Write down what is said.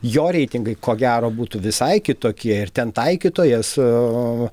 jo reitingai ko gero būtų visai kitokie ir ten taikytojas a